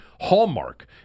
hallmark